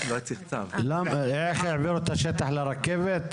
השטח לרכבת?